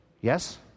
Yes